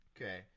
Okay